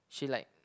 she like